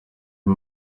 bwo